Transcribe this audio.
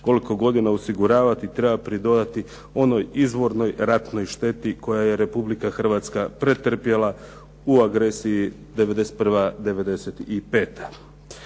koliko godina osiguravati treba pridodati onoj izvornoj ratnoj šteti koju je Republika Hrvatska pretrpjela u agresiji '91.,